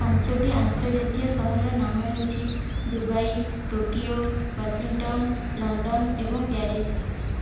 ପାଞ୍ଚୋଟି ଆନ୍ତର୍ଜାତୀୟ ସହରର ନାମ ହେଉଛି ଦୁବାଇ ଟୋକିଓ ୱାସିଂଟନ ଲଣ୍ଡନ ଏବଂ ପ୍ୟାରିସ